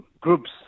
groups